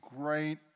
great